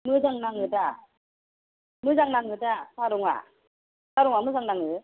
मोजां नाङो दा मोजां नाङो दा साह रंआ साहा रंआ मोजां नाङो